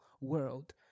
world